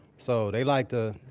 so they like to